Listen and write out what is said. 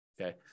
okay